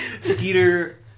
Skeeter